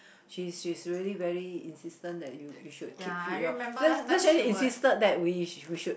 she's she's really very insistent that you you should keep fit loh so that's why she insisted that we should